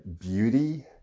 beauty